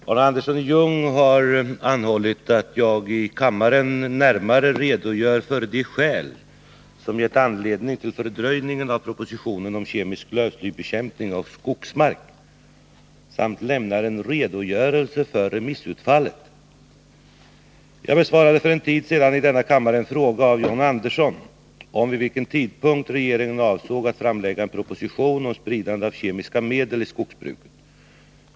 Herr talman! Arne Andersson i Ljung har anhållit att jag i kammaren närmare redogör för de skäl som gett anledning till fördröjningen av propositionen om kemisk lövslybekämpning av skogsmark samt lämnar en redogörelse för remissutfallet. Jag besvarade för en tid sedan i denna kammare en fråga av John Andersson om vid vilken tidpunkt regeringen avsåg att framlägga en proposition om spridande av kemiska medel i skogsbruket.